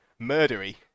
murdery